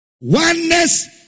Oneness